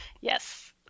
Yes